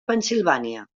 pennsilvània